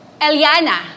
Eliana